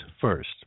first